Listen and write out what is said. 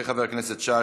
אחרי חבר הכנסת שי,